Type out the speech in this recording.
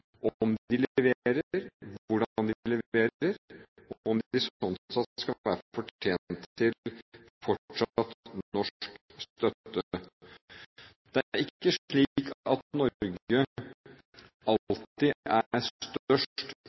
om de leverer, hvordan de leverer, og om de slik sett gjør seg fortjent til fortsatt norsk støtte. Det er ikke slik at Norge alltid er størst